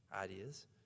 ideas